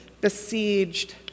besieged